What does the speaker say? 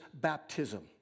baptism